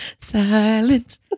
Silence